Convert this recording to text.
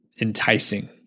enticing